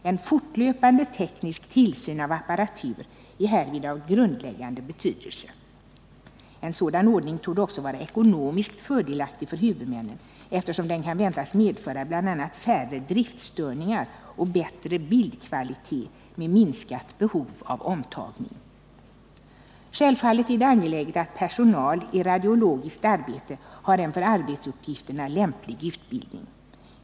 En fortlöpande teknisk tillsyn av apparatur är härvid av grundläggande betydelse. En sådan ordning torde också vara ekonomiskt fördelaktig för huvudmännen, eftersom den kan väntas medföra bl.a. färre driftstörningar och bättre bildkvalitet med minskat behov av omtagningar. Självfallet är det angeläget att personal i radiologiskt arbete har en för arbetsuppgifterna lämplig utbildning.